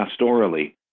pastorally